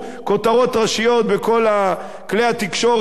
כותרות ראשיות בכל כלי התקשורת.